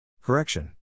Correction